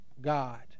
God